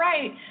right